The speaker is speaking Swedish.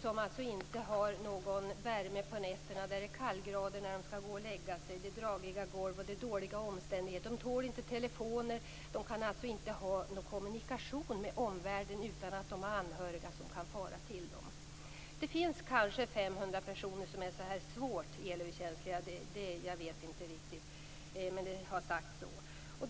som inte har någon värme på nätterna, där det är kallgrader när de skall gå och lägga sig, där det är dragiga golv och dåliga omständigheter. De tål inte telefoner, och de kan inte ha någon kommunikation med omvärlden utan att de har anhöriga som kan fara till dem. Det finns kanske 500 personer som är så här svårt elöverkänsliga. Jag vet inte riktigt, men det har sagts så.